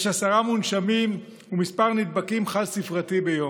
יש 10 מונשמים ומספר נדבקים חד-ספרתי ביום.